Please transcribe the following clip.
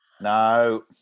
No